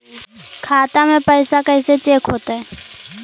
खाता में पैसा कैसे चेक हो तै?